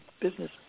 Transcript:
business